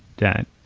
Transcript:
that